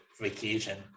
vacation